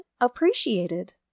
appreciated